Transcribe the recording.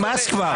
נמאס כבר.